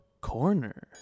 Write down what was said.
Corner